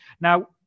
Now